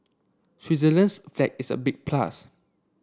Switzerland's flag is a big plus